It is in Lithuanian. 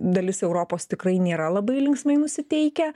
dalis europos tikrai nėra labai linksmai nusiteikę